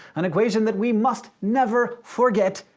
an equation that we must never forget,